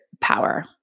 power